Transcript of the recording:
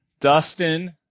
Dustin